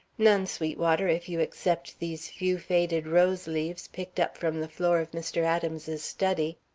none, sweetwater, if you except these few faded rose leaves picked up from the floor of mr. adams's study.